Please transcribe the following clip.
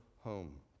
home